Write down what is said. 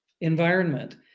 environment